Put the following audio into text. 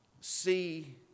see